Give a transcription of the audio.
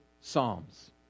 Psalms